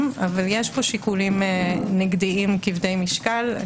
אך יש פה שיקולים נגדיים כבדי משקל.